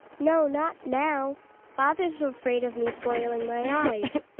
no, not now father's afraid of me spoiling my eyes.